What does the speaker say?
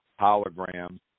Holograms